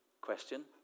question